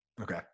Okay